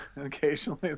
occasionally